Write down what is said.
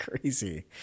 crazy